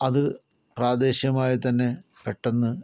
അത് പ്രാദേശികമായിത്തന്നെ പെട്ടെന്ന്